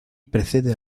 precede